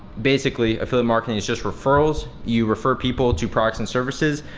basically affiliate marketing is just referrals. you refer people to products and services,